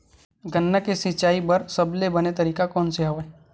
गन्ना के सिंचाई बर सबले बने तरीका कोन से हवय?